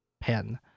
pen